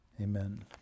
amen